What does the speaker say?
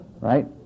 right